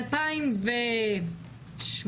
ב-2018,